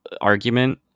argument